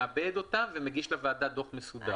מעבד אותם ומגיש לוועדה דוח מסודר.